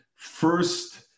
first